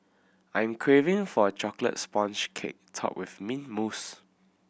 I am craving for a chocolate sponge cake topped with mint mousse